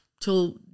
till